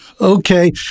Okay